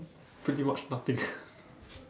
pretty much nothing